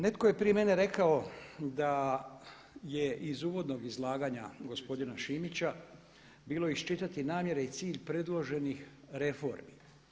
Netko je prije mene rekao da je iz uvodnog izlaganja gospodina Šimića bilo iščitati namjere i cilj predloženih reformi.